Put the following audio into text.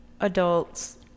adults